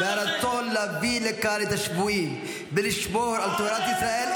הכמיהה והרצון להביא לכאן את השבויים ולשמור על תורת ישראל,